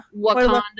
wakanda